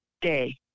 day